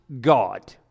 God